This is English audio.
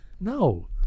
No